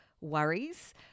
worries